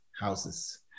houses